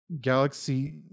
Galaxy